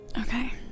Okay